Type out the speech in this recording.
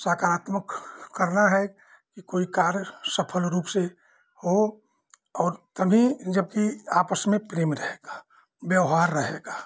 सकारात्मक करना है कि कोई कार्य सफ़ल रूप से हो और तभी जबकि आपस में प्रेम रहेगा व्यवहार रहेगा